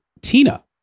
Tina